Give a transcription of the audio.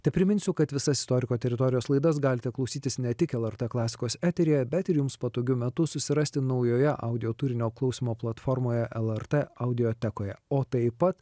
tepriminsiu kad visas istoriko teritorijos laidas galite klausytis ne tik lrt klasikos eteryje bet ir jums patogiu metu susirasti naujoje audio turinio klausymo platformoje lrt audiotekoje o taip pat